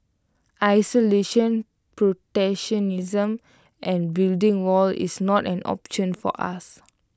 isolation protectionism and building walls is not an option for us